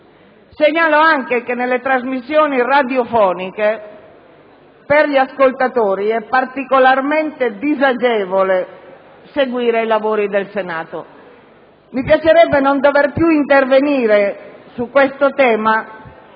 Segnalo altresì che nelle trasmissioni radiofoniche per gli ascoltatori è particolarmente disagevole seguire i lavori del Senato. Mi piacerebbe non dover più intervenire su questo tema,